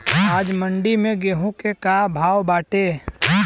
आज मंडी में गेहूँ के का भाव बाटे?